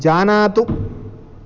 जानातु